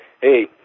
Hey